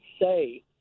say